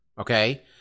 Okay